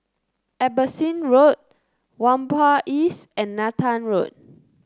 Abbotsingh Road Whampoa East and Nathan Road